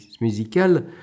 musical